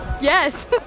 Yes